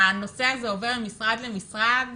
הנושא הזה עובר ממשרד למשרד